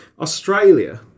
Australia